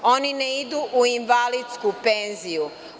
Oni ne idu u invalidsku penziju.